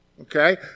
Okay